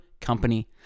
company